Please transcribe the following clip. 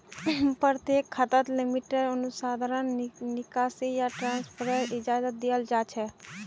प्रत्येक खाताक लिमिटेर अनुसा र धन निकासी या ट्रान्स्फरेर इजाजत दीयाल जा छेक